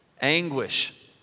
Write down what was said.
anguish